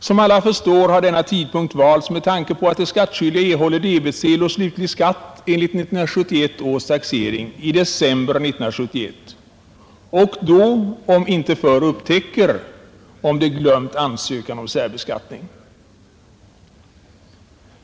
Som alla förstår har denna tidpunkt valts med tanke på att de skattskyldiga erhåller debetsedel å slutlig skatt enligt 1971 års taxering i december 1971 och då om inte förr upptäcker om de har glömt inge ansökan om särbeskattning.